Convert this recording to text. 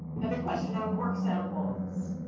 another question on work samples.